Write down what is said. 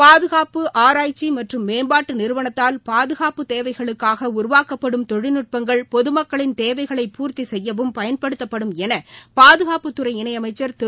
பாதுகாப்பு ஆராய்ச்சி மற்றும் மேம்பாட்டு நிறுவனத்தால் பாதுகாப்புத் தேவைகளுக்காக உருவாக்கப்படும் தொழில்நுட்பங்கள் பொதுமக்களின் தேவைகளைப் பூர்த்தி செய்யவும் பயன்படுத்தப்படும் என பாதுகாப்புத்துறை இணையமைச்சர் திரு